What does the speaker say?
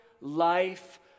life